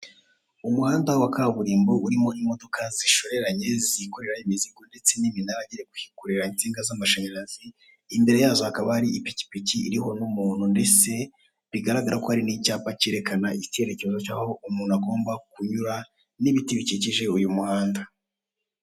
Umuhanda wa kaburimbo urimo n'imodoka zishoreranye zikorera imizigo ndetse n'iminara igiye kwikorera insinga z'amashanyarazi, imbere yazo hakaba hari ipikipiki iriho n'umuntu mbese bigaragara ko ari n'icyapa kerekana ikerekezo cy'aho umuntu agomba kunyura n'ibiti bikikije uyu muhanda.